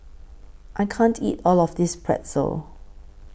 I can't eat All of This Pretzel